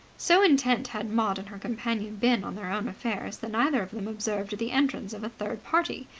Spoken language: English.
so intent had maud and her companion been on their own affairs that neither of them observed the entrance of a third party.